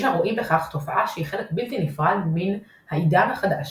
יש הרואים בכך תופעה שהיא חלק בלתי נפרד מן "העידן החדש"